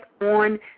on